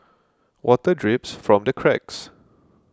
water drips from the cracks